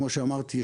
כמו שאמרתי,